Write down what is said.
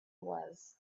was